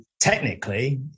technically